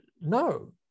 no